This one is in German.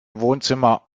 wohnzimmer